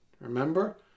Remember